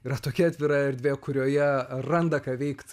yra tokia atvira erdvė kurioje randa ką veikt